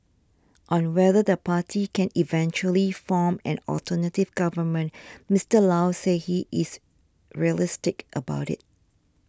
on whether the party can eventually form an alternative government Mister Low said he is realistic about it